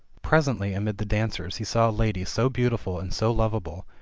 presently amid the dancers he saw a lady so beautiful and so lov able,